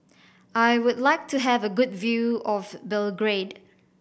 I would like to have a good view of Belgrade